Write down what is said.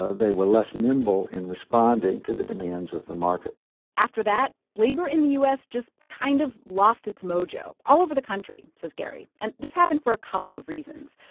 ah they were less nimble in responding to the demands of the market after that, labor in the u s. just kind of lost its mojo all over the country, says gary. and this happened for a couple of reasons.